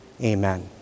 Amen